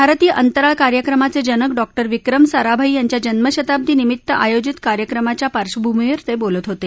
भारतीय अंतराळ कार्यक्रमाचे जनक डॉक्टर विक्रम साराभाई यांच्या जन्मशताब्दी निमित्त आयोजित कार्यक्रमाच्या पार्डभूमीवर ते बोलत होते